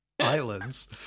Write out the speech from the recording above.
islands